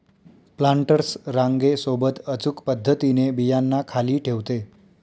planters रांगे सोबत अचूक पद्धतीने बियांना खाली ठेवते